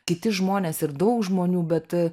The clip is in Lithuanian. kiti žmonės ir daug žmonių bet